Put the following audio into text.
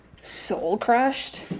soul-crushed